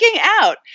out